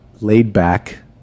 laid-back